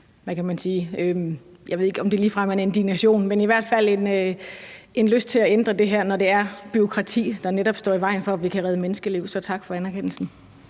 jeg ved ikke, om det ligefrem er en indignation, men i hvert fald en lyst til at ændre det her, når det netop er bureaukrati, der står i vejen for, at vi kan redde menneskeliv. Så tak for anerkendelsen.